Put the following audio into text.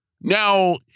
Now